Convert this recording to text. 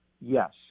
Yes